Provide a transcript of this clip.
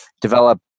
develop